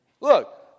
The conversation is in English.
Look